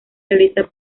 realiza